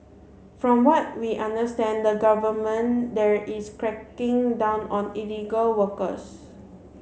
from what we understand the government there is cracking down on illegal workers